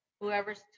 whoever's